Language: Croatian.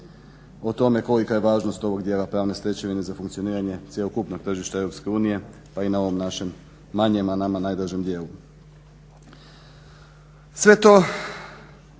o tome kolika je važnost ovog dijela pravne stečevine za funkcioniranje cjelokupnog tržišta EU pa i na ovom našem manjem, a nama najdražem dijelu. Sve to